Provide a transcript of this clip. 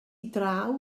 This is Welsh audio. draw